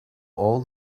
all